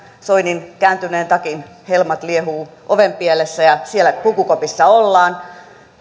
soinin kääntyneen takin helmat liehuvat ovenpielessä ja siellä pukukopissa ollaan